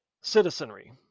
citizenry